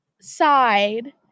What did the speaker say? side